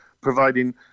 providing